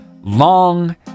long